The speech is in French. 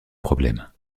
problème